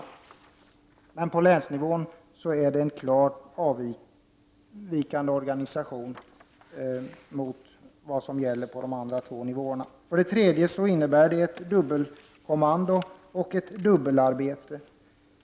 Men på länsnivå är organisationen klart avvikande jämfört med förhållandet på de andra två nivåerna. För det tredje innebär det ett dubbelkommando och dubbelarbete.